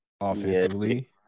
offensively